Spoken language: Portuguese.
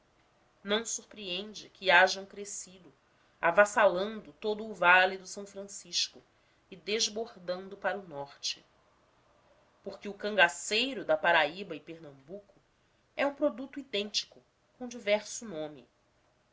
não surpreende que hajam crescido avassalando todo o vale do s francisco e desbordando para o norte porque o cangaceiro da paraíba e pernambuco é um produto idêntico com